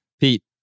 Pete